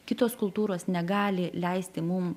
kitos kultūros negali leisti mum